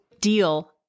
deal